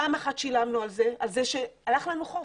פעם אחת שילמנו על זה שהלך לנו חוף.